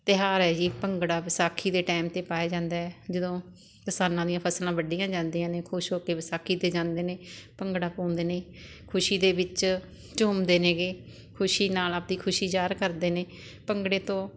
ਤਿਉਹਾਰ ਹੈ ਜੀ ਭੰਗੜਾ ਵਿਸਾਖੀ ਦੇ ਟਾਈਮ 'ਤੇ ਪਾਇਆ ਜਾਂਦਾ ਜਦੋਂ ਕਿਸਾਨਾਂ ਦੀਆਂ ਫਸਲਾਂ ਵੱਢੀਆਂ ਜਾਂਦੀਆਂ ਨੇ ਖੁਸ਼ ਹੋ ਕੇ ਵਿਸਾਖੀ 'ਤੇ ਜਾਂਦੇ ਨੇ ਭੰਗੜਾ ਪਾਉਂਦੇ ਨੇ ਖੁਸ਼ੀ ਦੇ ਵਿੱਚ ਝੂਮਦੇ ਨੇਗੇ ਖੁਸ਼ੀ ਨਾਲ ਆਪਦੀ ਖੁਸ਼ੀ ਜ਼ਾਹਰ ਕਰਦੇ ਨੇ ਭੰਗੜੇ ਤੋਂ